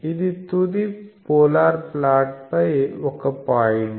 ఇది తుది polar plot పై ఒక పాయింట్